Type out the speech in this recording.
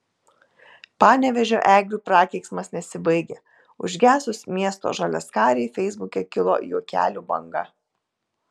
panevėžio eglių prakeiksmas nesibaigia užgesus miesto žaliaskarei feisbuke kilo juokelių banga